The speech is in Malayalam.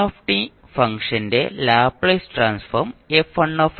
f1 ഫംഗ്ഷന്റെ ലാപ്ലേസ് ട്രാൻസ്ഫോം F1 ആണ്